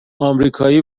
امریکایی